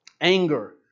Anger